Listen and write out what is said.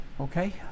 Okay